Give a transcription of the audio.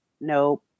nope